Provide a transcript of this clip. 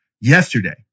yesterday